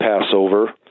Passover